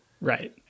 right